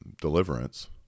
deliverance